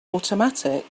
automatic